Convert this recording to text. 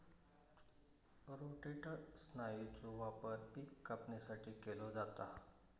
rotator स्नायूचो वापर पिक कापणीसाठी केलो जाता